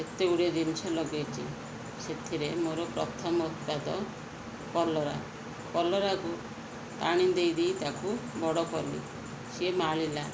କେତେ ଗୁଡ଼ିଏ ଜିନିଷ ଲଗେଇଚି ସେଥିରେ ମୋର ପ୍ରଥମ ଉତ୍ପାଦ କଲରା କଲରାକୁ ପାଣି ଦେଇଦେଇ ତାକୁ ବଡ଼ କଲି ସିଏ ମାଡ଼ିଲା